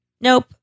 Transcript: Nope